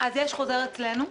יש חוזר אצלנו.